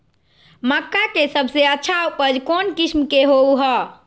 मक्का के सबसे अच्छा उपज कौन किस्म के होअ ह?